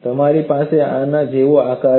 તમારી પાસે આના જેવો આકાર છે